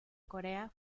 corea